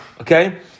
okay